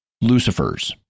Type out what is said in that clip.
Lucifer's